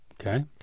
Okay